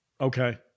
Okay